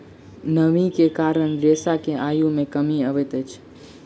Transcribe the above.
नमी के कारण रेशा के आयु मे कमी अबैत अछि